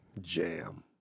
Jam